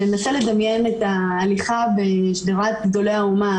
ננסה לדמיין את ההליכה בשדרת גדולי האומה,